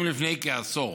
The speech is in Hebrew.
אם לפני כעשור